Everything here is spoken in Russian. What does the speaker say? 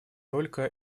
только